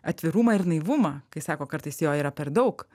atvirumą ir naivumą kai sako kartais jo yra per daug